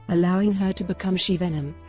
allowing her to become she-venom